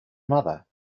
mother